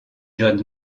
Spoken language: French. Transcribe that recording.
john